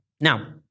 Now